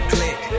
Click